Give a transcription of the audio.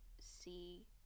see